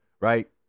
Right